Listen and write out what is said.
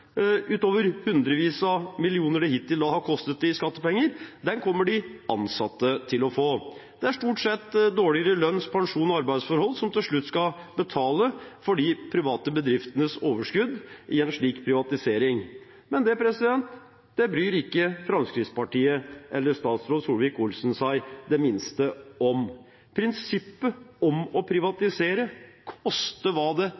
utover de hundrevis av millioner i skattepenger det hittil har kostet – kommer de ansatte til å få. Det er stort sett dårligere lønns-, pensjons- og arbeidsforhold som til slutt skal betale for de private bedriftenes overskudd i en slik privatisering. Men det bryr ikke Fremskrittspartiet eller statsråd Solvik-Olsen seg det minste om. Prinsippet å privatisere – koste hva det